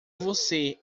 você